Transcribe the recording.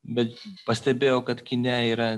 bet pastebėjau kad kine yra